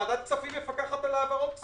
ועדת הכספים מפקחת על העברות כספים.